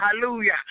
Hallelujah